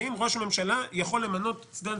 האם ראש הממשלה יכול למנות סגן שר שזיקתו שונה משלו?